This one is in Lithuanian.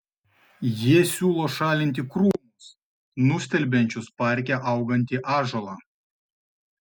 jie siūlo šalinti krūmus nustelbiančius parke augantį ąžuolą